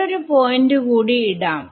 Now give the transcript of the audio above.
വേറൊരു പോയിന്റ് കൂടി ഇടാം